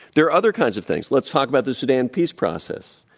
there are other kinds of things. let's talk about the sudan peace process,